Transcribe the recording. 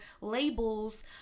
labels